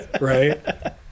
right